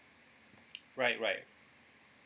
right right